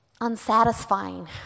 unsatisfying